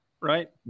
right